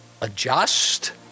Adjust